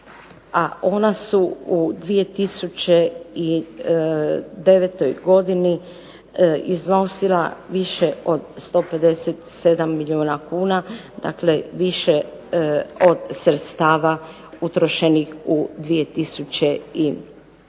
ona su u 2009. godini iznosila više od 157 milijuna kuna. Dakle, više od sredstava utrošenih u 2008.